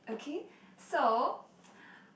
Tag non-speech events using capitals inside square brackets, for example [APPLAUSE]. okay so [NOISE]